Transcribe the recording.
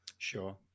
sure